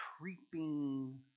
creeping